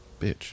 Bitch